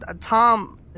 Tom